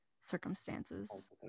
circumstances